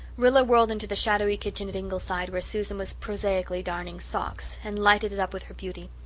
rilla whirled into the shadowy kitchen at ingleside, where susan was prosaically darning socks, and lighted it up with her beauty.